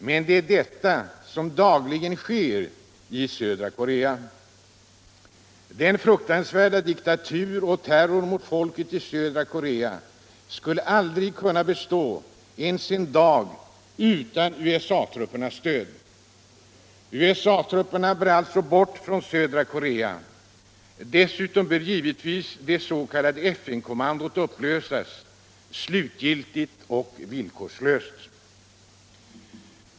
Men det är sådan inblandning som dagligen sker i södra Korea. Den fruktansvärda diktaturen och terrorn mot folket i södra Korea skulle inte kunna bestå ens en dag utan USA-truppernas stöd. USA-trupperna bör alltså bort från södra Korea. Dessutom bör givetvis det s.k. FN-kommandot upplösas — slutgiltigt och villkorslöst.